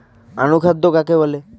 অনুখাদ্য কাকে বলে?